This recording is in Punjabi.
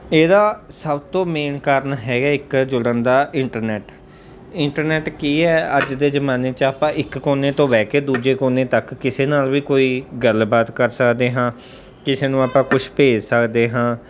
ਇਹਦਾ ਸਭ ਤੋਂ ਮੇਨ ਕਾਰਨ ਹੈਗਾ ਇੱਕ ਜੁੜਨ ਦਾ ਇੰਟਰਨੈਟ ਇੰਟਰਨੈਟ ਕੀ ਹੈ ਅੱਜ ਦੇ ਜ਼ਮਾਨੇ 'ਚ ਆਪਾਂ ਇੱਕ ਕੋਨੇ ਤੋਂ ਬਹਿ ਕੇ ਦੂਜੇ ਕੋਨੇ ਤੱਕ ਕਿਸੇ ਨਾਲ ਵੀ ਕੋਈ ਗੱਲਬਾਤ ਕਰ ਸਕਦੇ ਹਾਂ ਕਿਸੇ ਨੂੰ ਆਪਾਂ ਕੁਛ ਭੇਜ ਸਕਦੇ ਹਾਂ